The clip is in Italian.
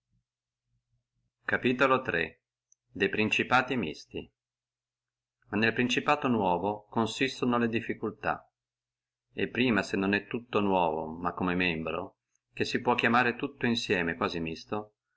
de principatibus mixtis ma nel principato nuovo consistono le difficultà e prima se non è tutto nuovo ma come membro che si può chiamare tutto insieme quasi misto